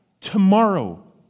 tomorrow